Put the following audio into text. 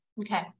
Okay